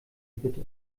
bitte